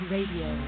Radio